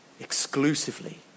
exclusively